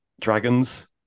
Dragons